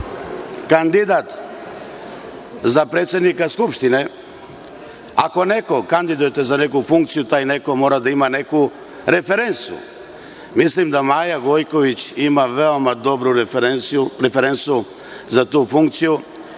kandidat za predsednika Skupštine. Ako nekog kandidujete za neku funkciju, taj neko mora da ima neku referencu. Mislim da Maja Gojković ima veoma dobru referencu za tu funkciju,